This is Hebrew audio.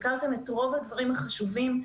הזכרתם את רוב הדברים החשובים.